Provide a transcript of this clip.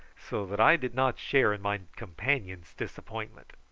so that i did not share in my companion's disappointment.